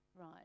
Right